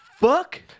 Fuck